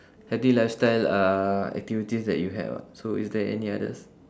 healthy lifestyle uh activities that you had [what] so is there any others